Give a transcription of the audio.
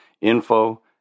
info